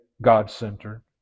God-centered